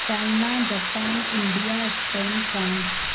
China Japan India Spain France